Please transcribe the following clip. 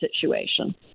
situation